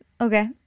Okay